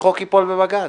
החוק ייפול בבג"ץ.